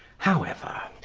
however,